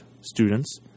students